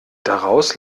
daraus